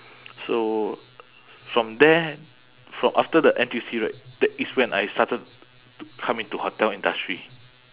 so from there from after the N_T_U_C right that is when I started to come into hotel industry